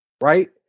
right